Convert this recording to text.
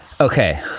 okay